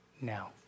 now